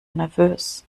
nervös